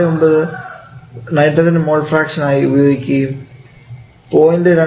79 നൈട്രജൻറെ mole fraction ആയി ഉപയോഗിക്കുകയ്യും 0